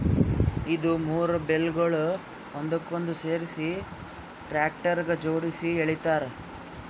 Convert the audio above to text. ಇದು ಮೂರು ಬೇಲ್ಗೊಳ್ ಒಂದಕ್ಕೊಂದು ಸೇರಿಸಿ ಟ್ರ್ಯಾಕ್ಟರ್ಗ ಜೋಡುಸಿ ಎಳಿತಾರ್